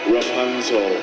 Rapunzel